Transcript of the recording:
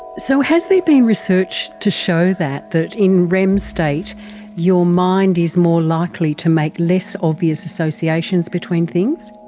so has there been research to show that, that in rem state your mind is more likely to make less obvious associations between things?